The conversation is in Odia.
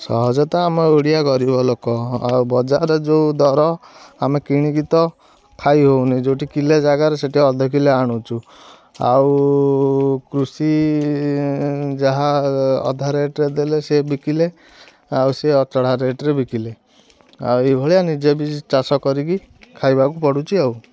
ସହଜେ ତ ଆମ ଓଡ଼ିଆ ଗରିବ ଲୋକ ଆଉ ବଜାରରେ ଯେଉଁ ଦର ଆମେ କିଣିକି ତ ଖାଇ ହେଉନି ଯେଉଠିଠି କିଲେ ଜାଗାରେ ସେଠି ଅଧେ କିଲେ ଆଣୁଛୁ ଆଉ କୃଷି ଯାହା ଅଧା ରେଟ୍ରେ ଦେଲେ ସେ ବିକିଲେ ଆଉ ସେ ଅଚଢ଼ା ରେଟ୍ରେ ବିକିଲେ ଆଉ ଏଭଳିଆ ନିଜେ ବି ଚାଷ କରିକି ଖାଇବାକୁ ପଡ଼ୁଛି ଆଉ